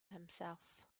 himself